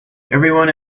everyone